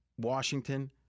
Washington